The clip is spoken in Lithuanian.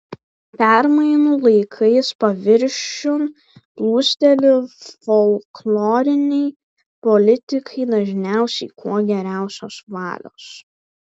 permainų laikais paviršiun plūsteli folkloriniai politikai dažniausiai kuo geriausios valios